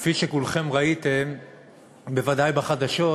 כפי שכולכם ראיתם בוודאי בחדשות,